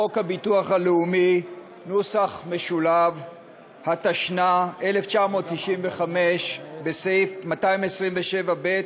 בחוק הביטוח הלאומי , התשנ"ה 1995, בסעיף 227(ב),